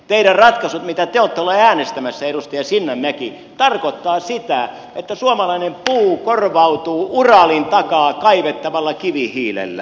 teidän ratkaisunne mitä te olette olleet äänestämässä edustaja sinnemäki tarkoittavat sitä että suomalainen puu korvautuu uralin takaa kaivettavalla kivihiilellä